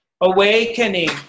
awakening